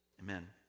Amen